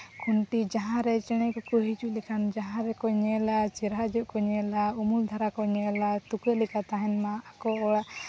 ᱠᱷᱩᱱᱴᱤ ᱡᱟᱦᱟᱸᱨᱮ ᱪᱮᱬᱮ ᱠᱚᱠᱚ ᱦᱤᱡᱩᱜ ᱞᱮᱠᱟᱱ ᱡᱟᱦᱟᱸ ᱨᱮᱠᱚ ᱧᱮᱞᱟ ᱪᱮᱦᱨᱟ ᱧᱚᱜ ᱠᱚ ᱧᱮᱞᱟ ᱩᱢᱩᱞ ᱫᱷᱟᱨᱟ ᱠᱚ ᱧᱮᱞᱟ ᱛᱩᱠᱟᱹ ᱞᱮᱠᱟ ᱛᱟᱦᱮᱱ ᱢᱟ ᱟᱠᱚ ᱚᱲᱟᱜ